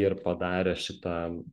ir padarė šitą